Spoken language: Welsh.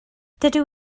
dydw